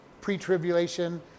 pre-tribulation